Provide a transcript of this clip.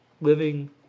living